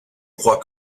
crois